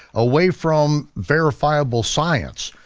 away from verifiable science.